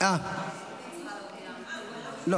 כרגע